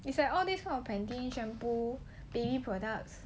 it's like all this kind of shampoo baby products